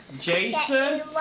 Jason